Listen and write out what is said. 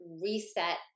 reset